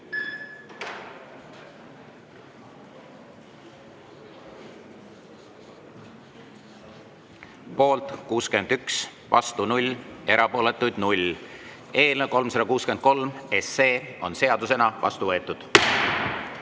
Poolt 61, vastu 0, erapooletuid 0. Eelnõu 363 on seadusena vastu võetud.